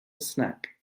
snack